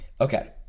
Okay